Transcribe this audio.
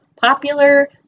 popular